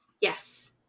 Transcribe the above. Yes